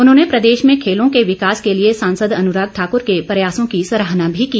उन्होंने प्रदेश में खेलों के विकास के लिए सांसद अनुराग ठाक्र के प्रयासों की सराहना भी की